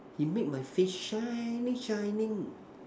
he make my face shining shining